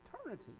eternity